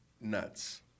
nuts